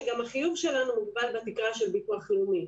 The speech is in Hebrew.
גם החיוב שלנו מוגבל בתקרה של ביטוח לאומי.